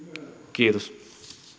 kiitos